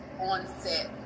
onset